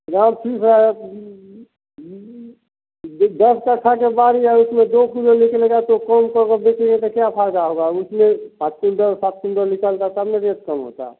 माल ठीक है दस पैसा के बारी है उसमें दो कीलो निकलेगा तो कौन कौन को बेचेंगे तो क्या फ़ायदा होगा उसमें पाँच कुंटल सात कुंटल निकलता तब ना रेट कम होता